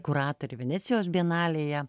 kuratorė venecijos bienalėje